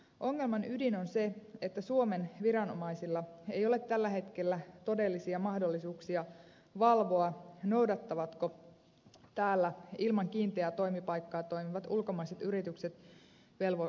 ongelman ydin on se että suomen viranomaisilla ei ole tällä hetkellä todellisia mahdollisuuksia valvoa noudattavatko täällä ilman kiinteää toimipaikkaa toimivat ulkomaiset yritykset velvollisuuksiaan